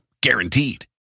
Guaranteed